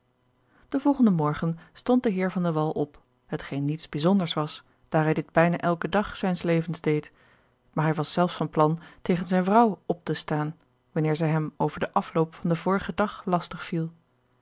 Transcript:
den volgenden morgen stond de heer van de wall op hetgeen niets bijzonders was daar hij dit bijna elken dag zijns levens deed maar hij was zelfs van plan tegen zijne vrouw op te staan wanneer zij hem over den afloop van den vorigen dag lastig viel